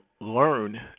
learn